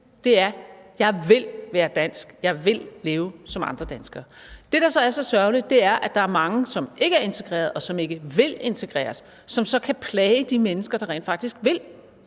det lyder: »Jeg vil være dansk, jeg vil leve som andre danskere.« Det, der så er så sørgeligt, er, at der er mange, som ikke er integreret, og som ikke vil integreres, som så kan plage de mennesker, der rent faktisk vil